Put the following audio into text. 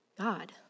God